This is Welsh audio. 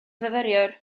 fyfyriwr